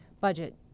budget